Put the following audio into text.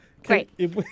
Great